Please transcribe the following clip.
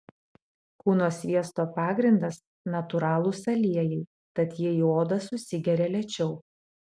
kūno sviesto pagrindas natūralūs aliejai tad jie į odą susigeria lėčiau